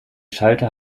schalter